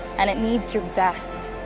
and it needs your best.